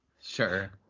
sure